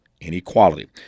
inequality